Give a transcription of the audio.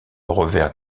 revers